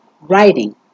writing